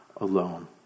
alone